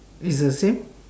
is the same